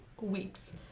weeks